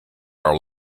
are